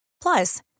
Plus